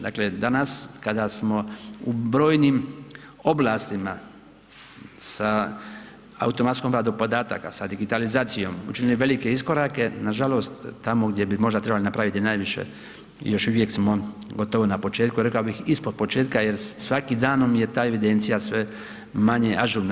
Dakle, danas kada smo u brojnim oblastima sa automatskom obradom podataka, sa digitalizacijom učinili velike iskorake nažalost tamo gdje bi možda trebali napraviti najviše još uvijek smo gotovo na početku, rekao bih ispod početka jer svakim danom je ta evidencija sve manje ažurna.